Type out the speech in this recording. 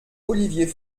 olivier